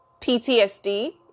PTSD